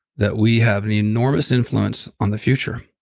that we have an enormous influence on the future.